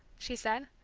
she said.